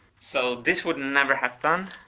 so this would never happen,